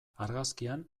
argazkian